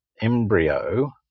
embryo